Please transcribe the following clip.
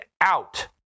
out